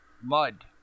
Mud